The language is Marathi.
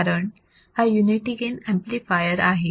कारण हा युनिटी गेन ऍम्प्लिफायर आहे